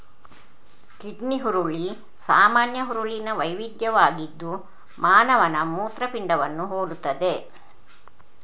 kidney ಹುರುಳಿ ಸಾಮಾನ್ಯ ಹುರುಳಿನ ವೈವಿಧ್ಯವಾಗಿದ್ದು ಮಾನವನ ಮೂತ್ರಪಿಂಡವನ್ನು ಹೋಲುತ್ತದೆ